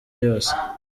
yose